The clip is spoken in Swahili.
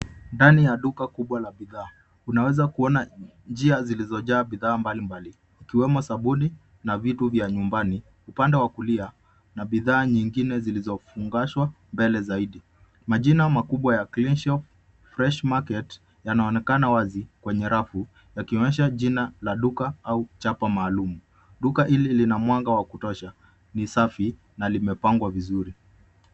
Ndani ya duka kubwa la bidhaa, tunaweza kuona njia zilizojaa bidhaa mbali mbali, ikiwemo sabuni na vitu vya nyumbani. Upande wa kulia kuna bidhaa nyingine zilizo fungashwa mbele zaidi. Majina makubwa ya clean shop fresh market yanaonekana wazi kwenye rafu yakionyesha jina la duka au chapa maalum. Duka hili lina mwanga wa kutosha ni safi na limepangwa vizuri.